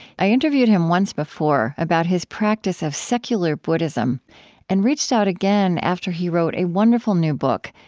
i interviewed him once before about his practice of secular buddhism and reached out again after he wrote a wonderful new book,